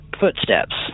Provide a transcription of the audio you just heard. footsteps